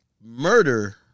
murder